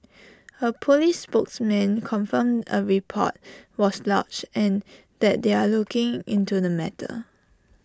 A Police spokesman confirmed A report was lodged and that they were looking into the matter